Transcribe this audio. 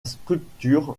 structure